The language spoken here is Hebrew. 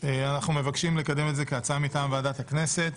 אנחנו מבקשים לקדם את זה כהצעה מטעם ועדת הכנסת.